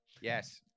yes